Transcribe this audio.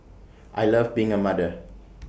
I love being A mother